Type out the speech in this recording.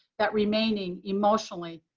that remaining emotionally,